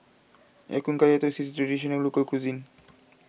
Ya Kun Kaya Toast is a Traditional Local Cuisine